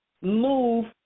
move